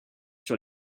sur